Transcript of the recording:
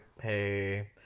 hey